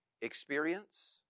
experience